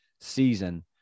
season